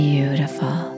beautiful